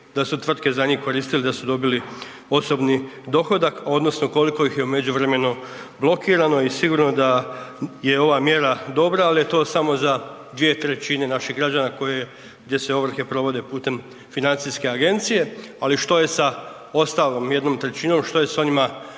da su tvrtke za njih koristili da su dobili osobni dohodak odnosno koliko ih je u međuvremenu blokirano i sigurno da je ova mjera dobra, al je to samo za 2/3 naših građana koje, gdje se ovrhe provode putem financijske agencije, ali što je sa ostalom 1/3, što je s onima